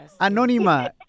Anonima